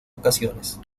ocasiones